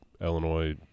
Illinois